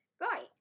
Right